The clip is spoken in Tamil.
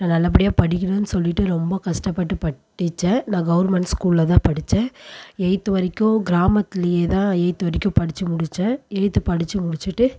நான் நல்லபடியாக படிக்கணும்னு சொல்லிட்டு ரொம்ப கஷ்டப்பட்டு படித்தேன் நான் கவர்மெண்ட் ஸ்கூலில் தான் படித்தேன் எயித்து வரைக்கும் கிராமத்துலேயே தான் எயித்து வரைக்கும் படித்து முடித்தேன் எயித்து படித்து முடிச்சுட்டு